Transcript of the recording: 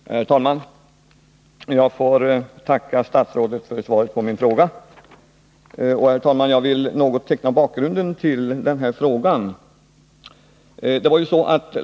Herr talman! Jag får tacka statsrådet för svaret på min fråga. Jag vill något teckna bakgrunden till denna fråga.